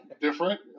different